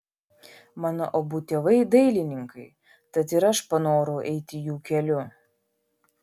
mano abu tėvai dailininkai tad ir aš panorau eiti jų keliu